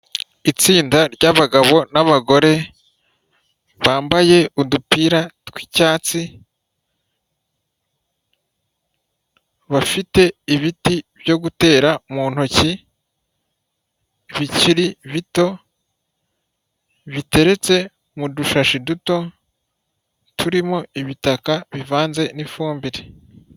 Itsinda ry'abagabo n'abagore bambaye udupira tw'icyatsi, bafite ibiti byo gutera mu ntoki bikiri bito, biteretse mu dushashi duto turimo ibitaka bivanze n'ifumbire.